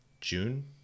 june